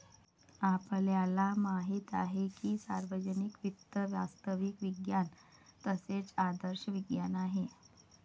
आपल्याला माहित आहे की सार्वजनिक वित्त वास्तविक विज्ञान तसेच आदर्श विज्ञान आहे